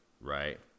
right